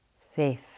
safe